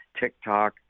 TikTok